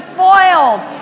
foiled